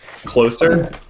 closer